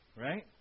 Right